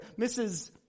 Mrs